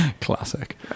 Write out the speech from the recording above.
classic